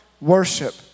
worship